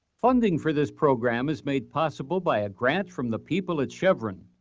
funding for this program is made possible by a grant from the people at chevron.